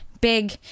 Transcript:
big